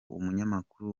umunyamakuru